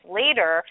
later